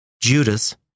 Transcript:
Judas